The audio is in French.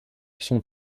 son